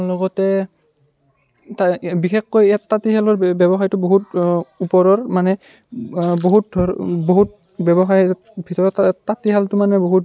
লগতে বিশেষকৈ ইয়াত তাঁতীশালৰ ব্যৱসায়টো বহুত ওপৰৰ মানে বহুত ধৰ বহুত ব্যৱসায়ৰ ভিতৰত তাঁতীশালটো মানে বহুত